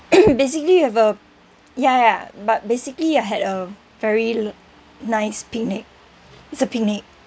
basically you have a ya ya but basically you had a very nice picnic it's a picnic